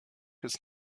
ist